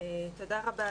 תודה רבה,